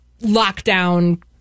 lockdown